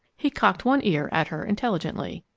he cocked one ear at her intelligently.